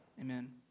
amen